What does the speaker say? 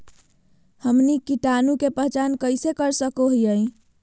हमनी कीटाणु के पहचान कइसे कर सको हीयइ?